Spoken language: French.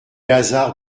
hasards